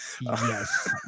yes